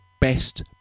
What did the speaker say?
best